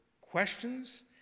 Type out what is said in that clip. questions